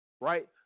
right